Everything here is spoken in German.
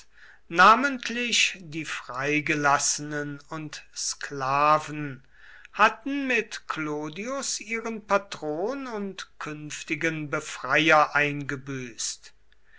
namentlich die freigelassenen und sklaven hatten mit clodius ihren patron und künftigen befreier eingebüßt